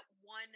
one